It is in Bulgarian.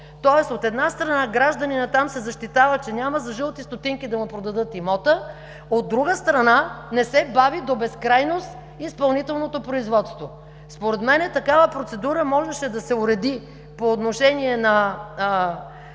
Тоест, от една страна, гражданинът там се защитава, че няма за жълти стотинки да му продадат имота, от друга страна, не се бави до безкрайност изпълнителното производство. Според мен, такава процедура можеше да се уреди по отношение на